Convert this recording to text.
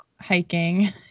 hiking